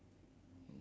woman